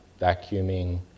vacuuming